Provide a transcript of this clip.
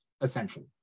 essentially